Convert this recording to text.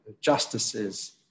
justices